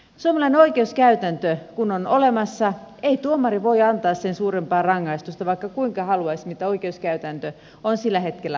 suomalainen oikeuskäytäntö kun on olemassa ei tuomari voi antaa sillä hetkellä olemassa olevaa oikeuskäytäntöä suurempaa rangaistusta vaikka kuinka haluaisi että oikeuskäytäntö on sillä hetkellä